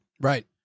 Right